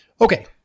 Okay